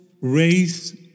race